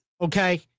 okay